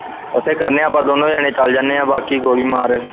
ਉੱਥੇ ਕਰਦੇ ਆਪਾਂ ਦੋਨੋਂ ਜਾਣੇ ਚਲ ਜਾਂਦੇ ਹਾਂ ਬਾਕੀ ਗੋਲੀ ਮਾਰ